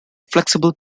flexible